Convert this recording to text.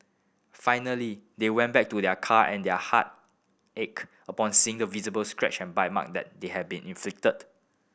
finally they went back to their car and their heart ached upon seeing the visible scratch and bite mark that they had been inflicted